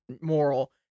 moral